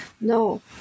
No